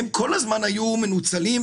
הם כל הזמן היו מנוצלים,